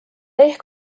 ehk